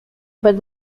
but